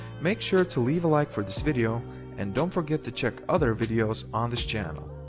make sure to leave a like for this video and don't forget to check other videos on this channel.